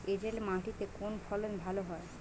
এঁটেল মাটিতে কোন ফসল ভালো হয়?